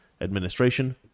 administration